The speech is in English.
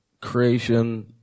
creation